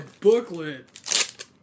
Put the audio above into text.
booklet